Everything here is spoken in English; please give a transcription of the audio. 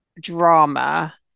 drama